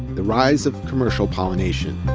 the rise of commercial pollination